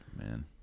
man